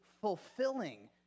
fulfilling